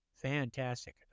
Fantastic